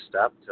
step